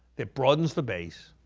that broadens the base,